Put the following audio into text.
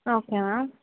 okay ma'am